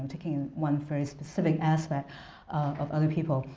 taking one very specific aspect of other people.